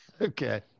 Okay